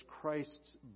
Christ's